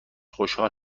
خوشحال